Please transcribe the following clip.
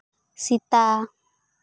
ᱥᱮᱛᱟ